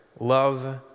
Love